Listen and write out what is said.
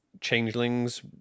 changelings